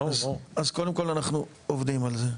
אז קודם כל, אנחנו עובדים על זה.